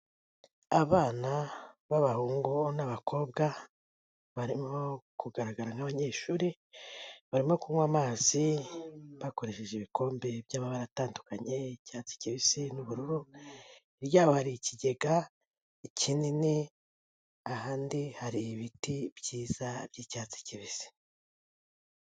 Abana b'abahungu n'abakobwa barimo kugaragara nk'abanyeshuri, barimo kunywa amazi bakoresheje ibikombe by'amabara atandukanye, icyatsi kibisi n'ubururu, hirya yabo hari ikigega kinini, ahandi hari ibiti byiza by'icyatsi kibisi.